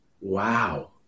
wow